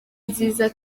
nziza